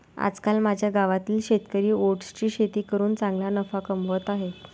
आजकाल माझ्या गावातील शेतकरी ओट्सची शेती करून चांगला नफा कमावत आहेत